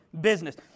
business